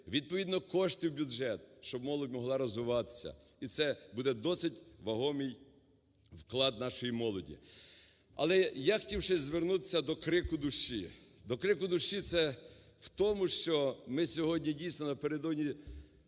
відповідно кошти в бюджет, щоб молодь могла розвиватися, і це буде досить вагомий вклад нашої молоді. Але я хотів ще звернутися до крику душі, до крику душі це в тому, що ми сьогодні дійсно напередодні